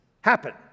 happen